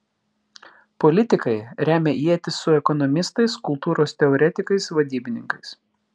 politikai remia ietis su ekonomistais kultūros teoretikais vadybininkais